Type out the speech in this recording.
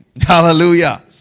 Hallelujah